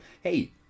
Hey